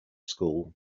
school